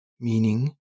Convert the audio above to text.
Meaning